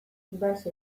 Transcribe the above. baso